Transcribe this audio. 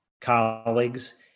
colleagues